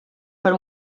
per